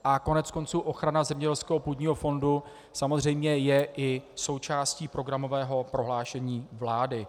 A koneckonců ochrana zemědělského půdního fondu samozřejmě je i součástí programového prohlášení vlády.